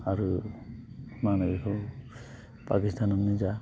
आरो मा होनो बेखौ पाकिस्टानावनो जा